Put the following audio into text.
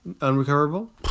Unrecoverable